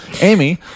Amy